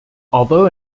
although